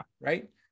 right